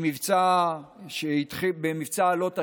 במבצע עלות השחר.